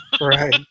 Right